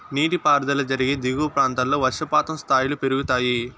నీటిపారుదల జరిగే దిగువ ప్రాంతాల్లో వర్షపాతం స్థాయిలు పెరుగుతాయి